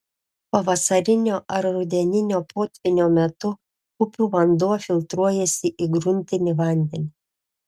pavasarinio ar rudeninio potvynio metu upių vanduo filtruojasi į gruntinį vandenį